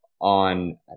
on